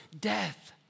death